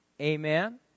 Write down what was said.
Amen